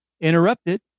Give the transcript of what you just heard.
interrupted